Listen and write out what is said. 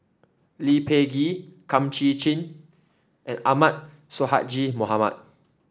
Lee Peh Gee Kum Chee Kin and Ahmad Sonhadji Mohamad